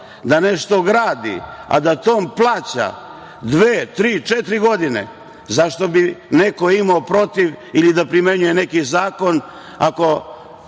da nešto gradi, a da tom plaća dve, tri, četiri godine, zašto bi neko imao protiv ili da primenjuje neki zakon, ako